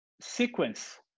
sequence